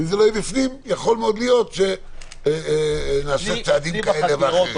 ואם זה לא יהיה בפנים יכול להיות שנעשה צעדים כאלה ואחרים.